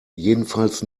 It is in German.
jedenfalls